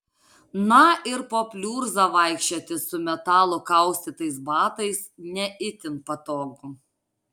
na ir po pliurzą vaikščioti su metalu kaustytais batais ne itin patogu